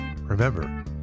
Remember